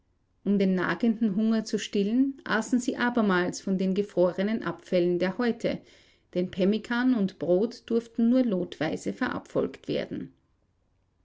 um den nagenden hunger zu stillen aßen sie abermals von den gefrorenen abfällen der häute denn pemmikan und brot durften nur lotweise verabfolgt werden